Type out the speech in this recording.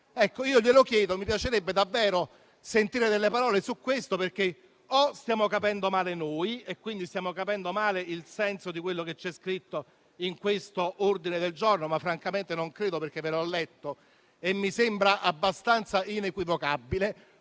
mi piacerebbe davvero sentire delle parole su questo, perché o stiamo capendo male noi - e quindi stiamo comprendendo male il senso di quello che c'è scritto in questo ordine del giorno, e francamente non credo, perché ve l'ho letto e mi sembra abbastanza inequivocabile